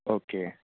okay